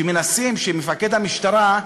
שמנסים שמפקד המשטרה,